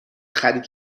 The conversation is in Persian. خرید